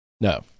No